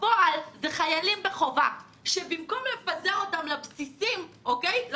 בפועל זה חיילים בחובה שבמקום לפזר אותם לבסיסים אפשר להביא אותם.